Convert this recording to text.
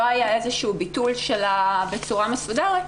לא היה איזשהו ביטול שלה בצורה מסודרת,